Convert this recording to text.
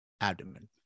abdomen